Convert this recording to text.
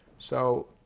so